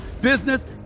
business